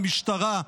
המשטרה,